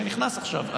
שנכנס עכשיו,